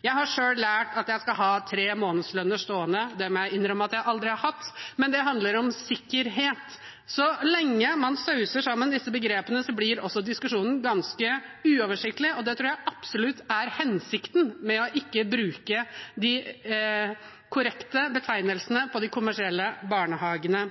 jeg skal ha tre månedslønner stående. Det må jeg innrømme at jeg aldri har hatt, men det handler om sikkerhet. Så lenge man sauser sammen disse begrepene, blir også diskusjonen ganske uoversiktlig. Det tror jeg absolutt er hensikten med ikke å bruke de korrekte betegnelsene på de kommersielle barnehagene.